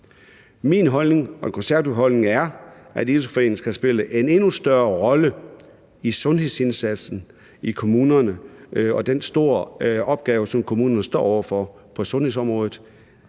Min holdning og De Konservatives holdning er, at idrætsforeninger skal spille en endnu større rolle i forbindelse med sundhedsindsatsen i kommunerne og den store opgave, som kommunerne står over for på sundhedsområdet.